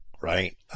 right